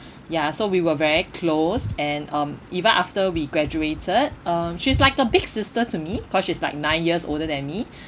ya so we were very close and um even after we graduated um she's like a big sister to me cause she's like nine years older than me